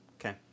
Okay